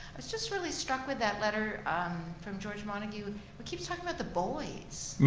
was just really struck with that letter from george montagu which keeps talking about the boys.